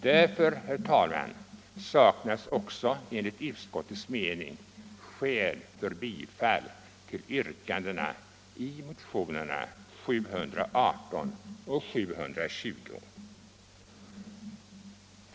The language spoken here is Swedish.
Därför, herr talman, saknas också enligt utskottets mening skäl för bifall till yrkandena i motionerna 718 och 720.